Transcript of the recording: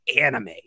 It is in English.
anime